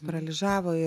paralyžavo ir